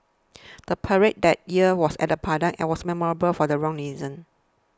the parade that year was at the Padang and was memorable for the wrong reasons